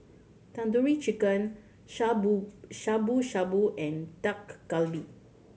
Tandoori Chicken Shabu Shabu Shabu and Dak Galbi